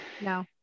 No